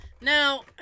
Now